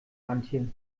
antje